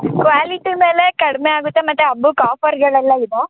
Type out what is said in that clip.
quality ಮೇಲೆ ಕಡಿಮೆ ಆಗುತ್ತೆ ಮತ್ತು ಹಬ್ಬಕ್ ಆಫರ್ಗಳೆಲ್ಲ ಇದೆ